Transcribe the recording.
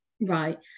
Right